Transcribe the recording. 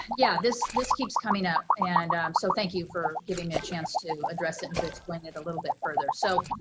yeah, this this keeps coming up, and so thank you for giving me a chance to address it and to explain it a little bit further. so,